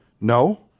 No